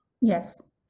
Yes